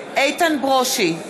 איתן ברושי,